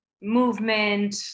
movement